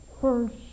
first